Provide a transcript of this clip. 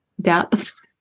depth